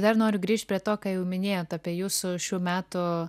dar noriu grįšt prie to ką jau minėjot apie jūsų šių metų